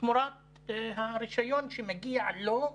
תמורת הרישיון שמגיע לו ישירות,